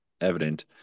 evident